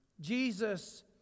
Jesus